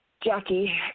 Jackie